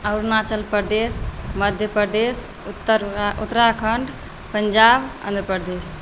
अरुणाचल प्रदेश मध्य प्रदेश उत्तर प्र उत्तराखण्ड पञ्जाब आँध्र प्रदेश